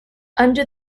under